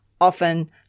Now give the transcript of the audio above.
often